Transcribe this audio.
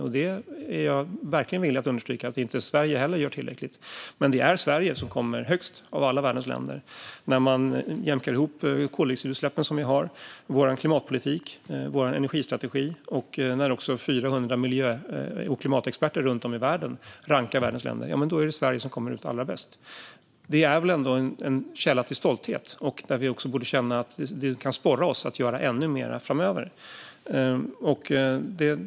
Jag är verkligen villig att understryka att inte heller Sverige gör tillräckligt, men det är Sverige som kommer högst av alla världens länder. När man jämkar ihop koldioxidutsläppen som vi har, vår klimatpolitik, vår energistrategi och 400 miljö och klimatexperter i världen rankar världens länder är det Sverige som kommer ut allra bäst. Det är väl ändå en källa till stolthet som borde få oss att känna att vi blir sporrade att göra ännu mer framöver.